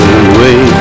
away